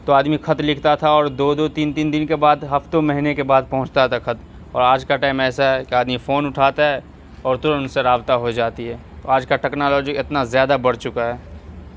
تو آدمی خط لکھتا تھا اور دو دو تین تین دن کے بعد ہفتوں مہینے کے بعد پہنچتا تھا خط اور آج کا ٹائم ایسا ہے کہ آدمی فون اٹھاتا ہے اور تورت اس سے رابطہ ہو جاتی ہے آج کا ٹیکنالوجی اتنا زیادہ بڑھ چکا ہے